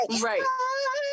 right